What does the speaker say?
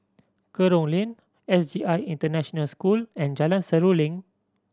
Kerong Lane S J I International School and Jalan Seruling